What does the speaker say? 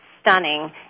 stunning